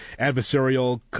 adversarial